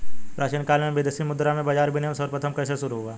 प्राचीन काल में विदेशी मुद्रा बाजार में विनिमय सर्वप्रथम कैसे शुरू हुआ?